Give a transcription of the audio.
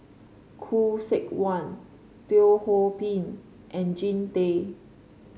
Khoo Seok Wan Teo Ho Pin and Jean Tay